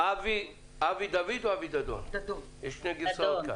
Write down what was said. אבי דדון איתנו?